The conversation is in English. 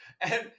And-